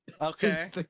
Okay